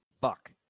Fuck